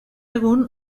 egun